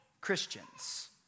Christians